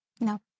No